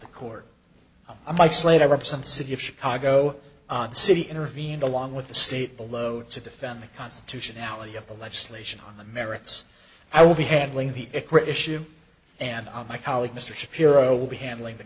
the court i'm isolator up some city of chicago city intervened along with the state below to defend the constitutionality of the legislation on the merits i will be handling the issue and i my colleague mr shapiro will be handling the